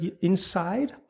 inside